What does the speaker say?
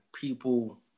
people